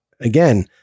Again